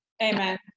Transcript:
Amen